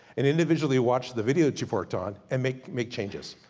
and individually watch the video that you've worked on, and make make changes.